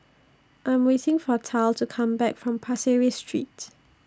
I Am waiting For Tal to Come Back from Pasir Ris Street